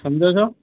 સમજો છો